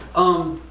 um,